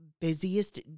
busiest